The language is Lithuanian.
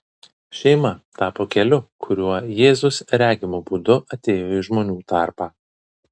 šeima tapo keliu kuriuo jėzus regimu būdu atėjo į žmonių tarpą